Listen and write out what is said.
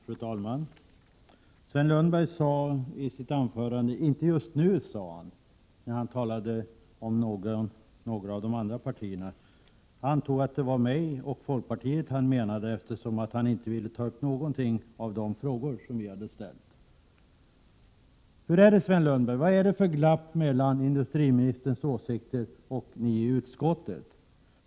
Fru talman! Sven Lundberg använde i sitt anförande orden ”inte just nu” när han riktade sig till några av de andra partierna än det egna. Jag antog att det var mig och folkpartiet han syftade på, eftersom han inte ville ta upp någon av de frågor som vi hade ställt. Sven Lundberg! Vad är det för glapp mellan industriministerns åsikter och dem som ni i utskottet hyser?